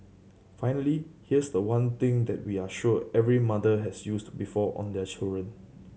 finally here's the one thing that we are sure every mother has used before on their children